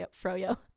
fro-yo